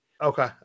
Okay